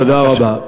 תודה רבה.